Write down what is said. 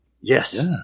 Yes